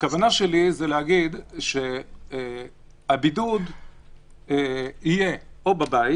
הכוונה שלי היא להגיד שהבידוד יהיה או בבית